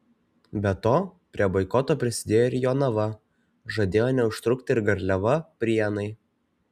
be to prie boikoto prisidėjo ir jonava žadėjo neužtrukti ir garliava prienai